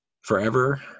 forever